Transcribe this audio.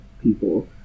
people